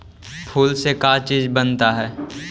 फूल से का चीज बनता है?